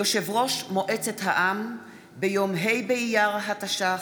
יושב-ראש הכנסת בפועל חבר הכנסת יולי אדלשטיין,